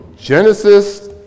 Genesis